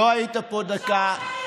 לא היית פה דקה.